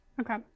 okay